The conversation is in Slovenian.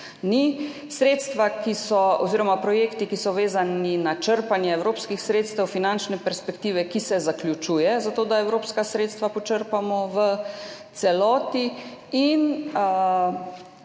veliko novih ni. Projekti, ki so vezani na črpanje evropskih sredstev finančne perspektive, ki se zaključuje, zato da evropska sredstva počrpamo v celoti, in